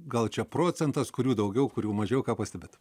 gal čia procentas kurių daugiau kurių mažiau ką pastebit